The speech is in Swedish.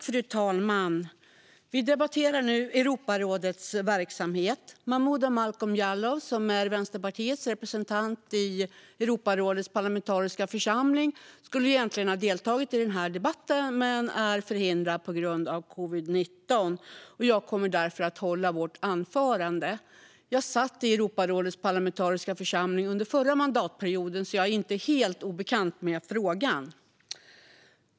Fru talman! Vi debatterar nu verksamheten i Europarådet. Momodou Malcolm Jallow, som är Vänsterpartiets representant i Europarådets parlamentariska församling, skulle egentligen ha deltagit i debatten, men han är förhindrad på grund av covid-19. Jag kommer därför att hålla vårt anförande. Jag satt i Europarådets parlamentariska församling under förra mandatperioden, så jag är inte helt obekant med frågan.